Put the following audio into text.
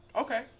okay